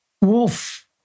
Wolf